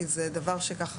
כי זה דבר שככה,